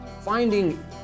Finding